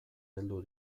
heldu